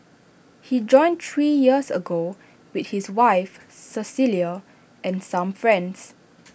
he joined three years ago with his wife Cecilia and some friends